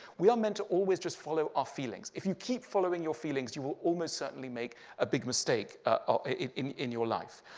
we are meant to always just follow our feelings. if you keep following your feelings, you will almost certainly make a big mistake ah in in your life.